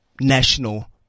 national